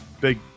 Big